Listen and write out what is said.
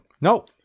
No